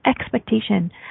expectation